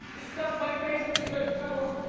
stuff my face with the good food.